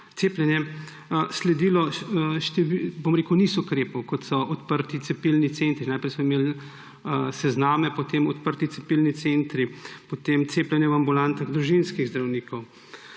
cepljenja, je sledilo niz ukrepov, kot so odprti cepilni centri. Najprej smo imeli sezname, potem odprte cepilne centre, potem cepljenje v ambulantah družinskih zdravnikov,